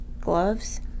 gloves